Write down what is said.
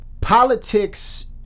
politics